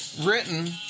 written